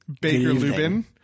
Baker-Lubin